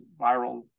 viral